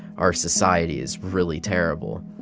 our society is really terrible.